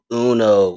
uno